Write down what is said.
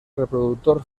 reproductor